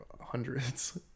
hundreds